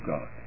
God